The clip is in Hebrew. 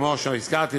כמו שהזכרתי,